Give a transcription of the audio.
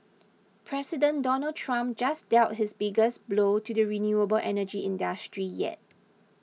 President Donald Trump just dealt his biggest blow to the renewable energy industry yet